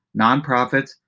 nonprofits